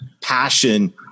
passion